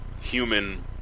human